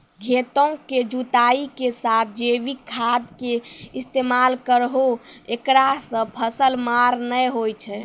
खेतों के जुताई के साथ जैविक खाद के इस्तेमाल करहो ऐकरा से फसल मार नैय होय छै?